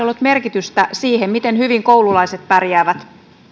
ollut merkitystä siihen miten hyvin koululaiset pärjäävät